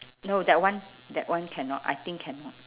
no that one that one cannot I think cannot